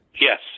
Yes